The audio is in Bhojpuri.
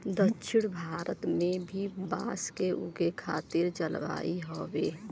दक्षिण भारत में भी बांस के उगे खातिर जलवायु हउवे